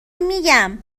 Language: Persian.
میگم